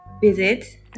visit